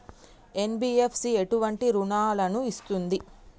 NBFC ఎటువంటి రుణాలను ఇస్తుంది?